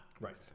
Right